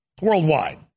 Worldwide